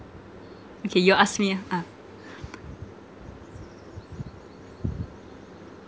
okay you ask me ah ah